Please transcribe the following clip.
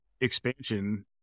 expansion